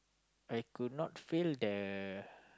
I could not fail the